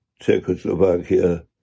Czechoslovakia